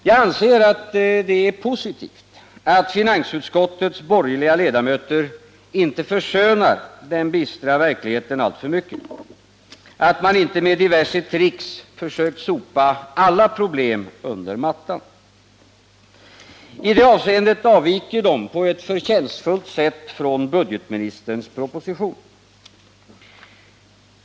Jag anser att det är positivt att finansutskottets borgerliga ledamöter inte förskönar den bistra verkligheten alltför mycket, att man inte med diverse tricks försökt sopa alla problem under mattan. I det avseendet avviker de på ett förtjänstfullt sätt från budgetministerns proposition.